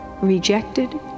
Rejected